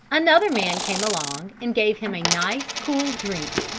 another man came along and gave him a nice, cool drink,